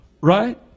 right